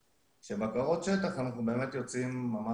ברשותנו כדי לבדוק שאכן אותם כספים הגיעו למטרה לשמם ניתנו.